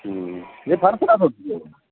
नाही फार त्रास होत